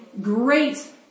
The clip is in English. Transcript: great